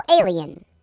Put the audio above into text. alien